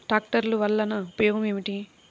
ట్రాక్టర్లు వల్లన ఉపయోగం ఏమిటీ?